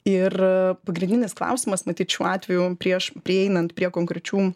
ir pagrindinis klausimas matyt šiuo atveju prieš prieinant prie konkrečių